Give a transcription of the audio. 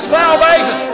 salvation